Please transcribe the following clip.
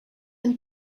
and